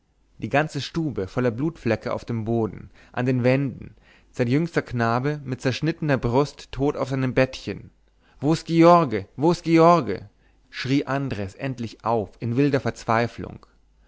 die ganze stube voller blutflecke an dem boden an den wänden sein jüngster knabe mit zerschnittener brust tot auf seinem bettchen wo ist george wo ist george schrie andres endlich auf in wilder verzweiflung